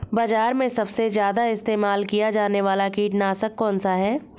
बाज़ार में सबसे ज़्यादा इस्तेमाल किया जाने वाला कीटनाशक कौनसा है?